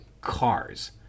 cars